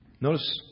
Notice